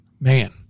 Man